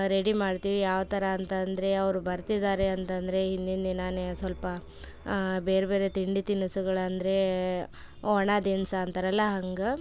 ready ಮಾಡ್ತೀವಿ ಯಾವ ಥರ ಅಂತಂದರೆ ಅವ್ರು ಬರ್ತಿದ್ದಾರೆ ಅಂತಂದರೆ ಹಿಂದಿನ ದಿನವೇ ಸ್ವಲ್ಪ ಬೇರೆ ಬೇರೆ ತಿಂಡಿ ತಿನಿಸುಗಳು ಅಂದರೆ ಒಣ ದಿನ್ಸಿ ಅಂತಾರಲ್ಲ ಹಂಗೆ